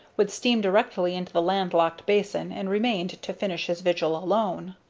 would steam directly into the land-locked basin, and remained to finish his vigil alone.